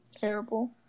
Terrible